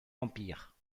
empire